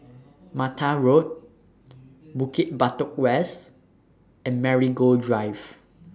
Mata Road Bukit Batok West and Marigold Drive